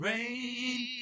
Rain